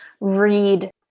read